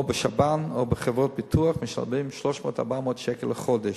בשב"ן ובחברות ביטוח, משלמים 300 400 שקל לחודש.